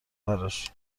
براش